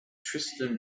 tristan